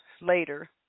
later